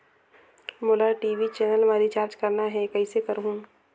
मोला TV channel मा recharge करना हे, कइसे करहुँ?